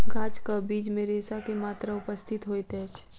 गाछक बीज मे रेशा के मात्रा उपस्थित होइत अछि